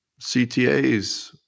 CTAs